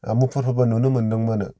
मुफुरखौबो नुनो मोन्दोंमोन